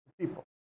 people